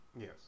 yes